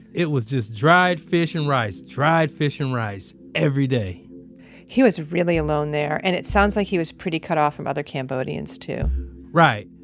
it was just dried fish and rice, dried fish and rice. every day he was really alone there. and it sounds like he was pretty cut off from other cambodians, too right.